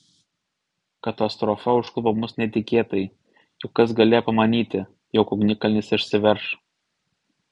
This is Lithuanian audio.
katastrofa užklupo mus netikėtai juk kas galėjo pamanyti jog ugnikalnis išsiverš